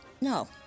No